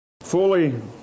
fully